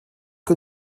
que